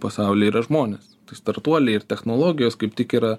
pasauly yra žmonės tai startuoliai ir technologijos kaip tik yra